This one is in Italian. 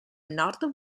north